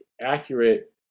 accurate